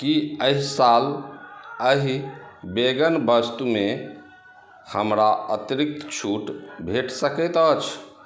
की एहि साल एहि बेगन वस्तुमे हमरा अतिरिक्त छूट भेट सकैत अछि